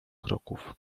kroków